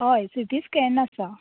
हय C T scan आसा